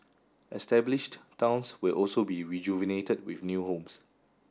established towns will also be rejuvenated with new homes